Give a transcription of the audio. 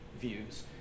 views